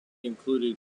included